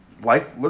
life-